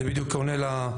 זה בדיוק עונה לבחור,